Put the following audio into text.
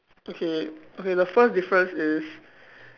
okay okay the first difference is